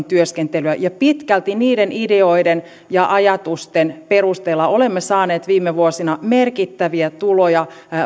työskentelyä ja pitkälti niiden ideoiden ja ajatusten perusteella olemme saaneet viime vuosina merkittäviä tuloja